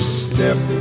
step